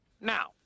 now